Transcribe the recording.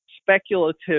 speculative